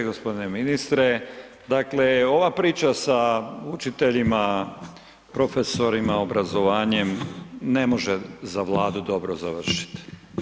Gospodine ministre, dakle ova priča sa učiteljima, profesorima, obrazovanjem ne može za Vladu dobro završiti.